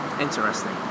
Interesting